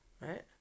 Right